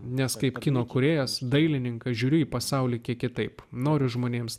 nes kaip kino kūrėjas dailininkas žiūriu į pasaulį kitaip noriu žmonėms